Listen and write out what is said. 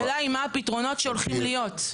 השאלה היא מה הפתרונות שהולכות להיות?